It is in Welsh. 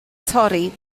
torri